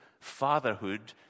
fatherhood